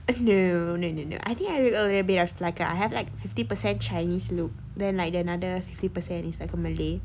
eh no no no no I think I look a little bit of like ah I have fifty percent chinese look then like the another fifty percent is like a malay